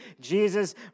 Jesus